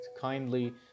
kindly